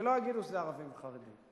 שלא יגידו שזה ערבים וחרדים.